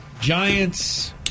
Giants